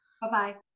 bye-bye